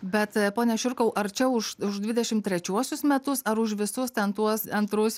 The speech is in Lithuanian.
bet pone šiurkau ar čia už už dvidešim trečiuosius metus ar už visus ten tuos antrus